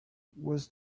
was